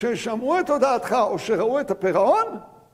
ששמעו את הודעתך או שראו את הפירעון?